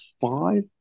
five